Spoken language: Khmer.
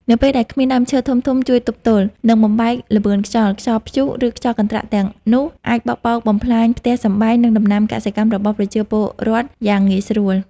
នៅពេលដែលគ្មានដើមឈើធំៗជួយទប់ទល់ និងបំបែកល្បឿនខ្យល់ ខ្យល់ព្យុះ ឬខ្យល់កន្ត្រាក់ទាំងនោះអាចបក់បោកបំផ្លាញផ្ទះសម្បែង និងដំណាំកសិកម្មរបស់ប្រជាពលរដ្ឋយ៉ាងងាយស្រួល។